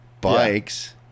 bikes